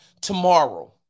tomorrow